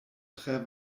tre